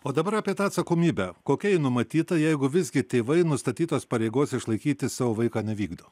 o dabar apie tą atsakomybę kokia ji numatyta jeigu visgi tėvai nustatytos pareigos išlaikyti savo vaiką nevykdo